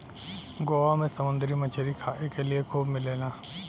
गोवा में समुंदरी मछरी खाए के लिए खूब मिलेला